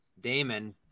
Damon